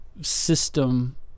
system